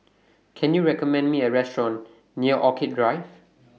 Can YOU recommend Me A Restaurant near Orchid Drive